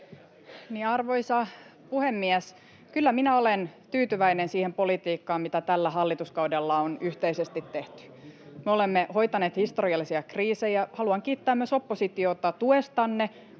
Arvoisa puhemies! Kyllä minä olen tyytyväinen siihen politiikkaan, mitä tällä hallituskaudella on yhteisesti tehty. [Oikealta: Hoitojonoihin!] Me olemme hoitaneet historiallisia kriisejä, ja haluan kiittää myös oppositiota tuestanne